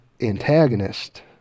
antagonist